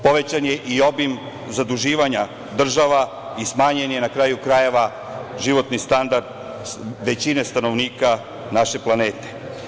Povećan je i obim zaduživanja država i smanjen je, na kraju krajeva, životni standard većine stanovnika naše planete.